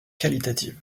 qualitative